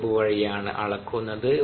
probe വഴിയാണ് അളക്കുന്നത്